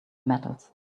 metals